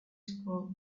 school